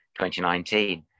2019